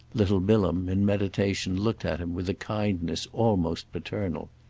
little bilham, in meditation, looked at him with a kindness almost paternal.